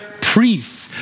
priests